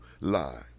lie